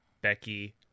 Becky